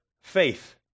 faith